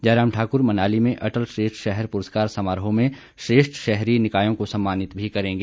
जयराम ठाकुर मनाली में अटल श्रेष्ठ शहर पुरस्कार समारोह में श्रेष्ठ शहरी निकायों को सम्मानित भी करेंगे